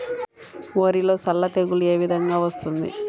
వరిలో సల్ల తెగులు ఏ విధంగా వస్తుంది?